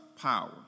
power